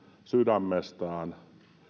sydämestään